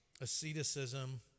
Asceticism